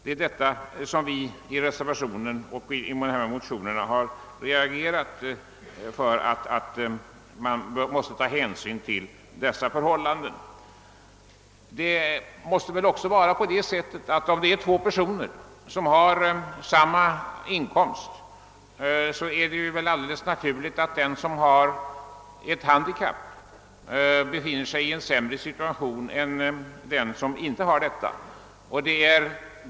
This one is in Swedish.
Det är sådant som vi i reservationen och i motionerna framhållit att man måste ta hänsyn till. Om två personer har samma inkomst är det alldeles naturligt att den som har ett handikapp befinner sig i en sämre situation än den som inte har något sådant.